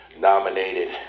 nominated